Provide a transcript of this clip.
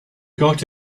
got